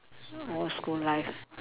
oh school life